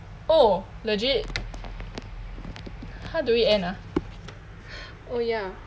oh legit how do we end ah oh ya